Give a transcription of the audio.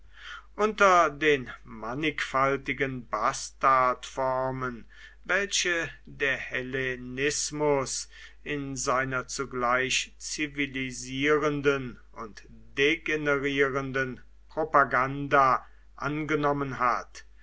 unter den mannigfaltigen bastardformen welche der hellenismus in seiner zugleich zivilisierenden und degenerierenden propaganda angenommen hat